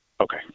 Okay